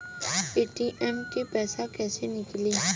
ATM से पैसा कैसे नीकली?